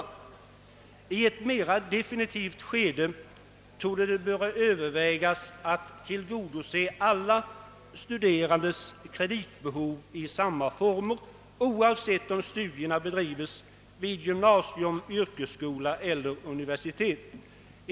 I ett mera definitivt skede torde det böra övervägas att tillgodose alla studerandes kreditbehov i samma former, oavsett om studierna bedrives vid gymnasium, yrkesskola eller universitet.